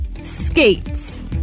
skates